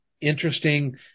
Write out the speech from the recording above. interesting